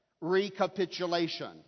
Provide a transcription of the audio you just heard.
recapitulation